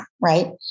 Right